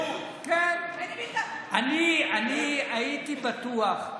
אני הייתי בטוח,